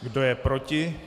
Kdo je proti?